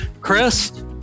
Chris